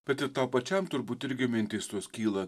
bet ir tau pačiam turbūt irgi mintys tos kyla